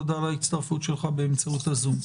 תודה על ההצטרפות שלך באמצעות הזום.